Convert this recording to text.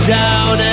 down